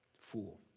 fool